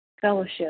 fellowship